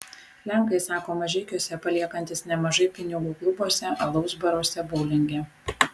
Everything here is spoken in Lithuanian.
lenkai sako mažeikiuose paliekantys nemažai pinigų klubuose alaus baruose boulinge